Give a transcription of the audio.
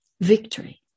victory